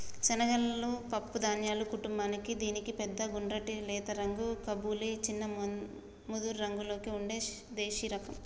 శనగలు పప్పు ధాన్యాల కుటుంబానికీ దీనిలో పెద్ద గుండ్రటి లేత రంగు కబూలి, చిన్న ముదురురంగులో ఉండే దేశిరకం